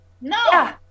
no